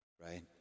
Right